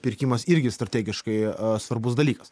pirkimas irgi strategiškai svarbus dalykas